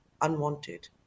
unwanted